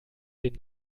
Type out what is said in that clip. den